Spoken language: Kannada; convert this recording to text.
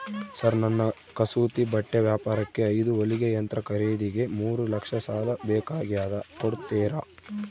ಸರ್ ನನ್ನ ಕಸೂತಿ ಬಟ್ಟೆ ವ್ಯಾಪಾರಕ್ಕೆ ಐದು ಹೊಲಿಗೆ ಯಂತ್ರ ಖರೇದಿಗೆ ಮೂರು ಲಕ್ಷ ಸಾಲ ಬೇಕಾಗ್ಯದ ಕೊಡುತ್ತೇರಾ?